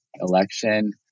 election